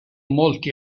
molti